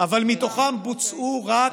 אבל מתוכם בוצעו רק